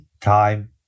time